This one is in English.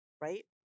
right